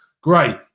Great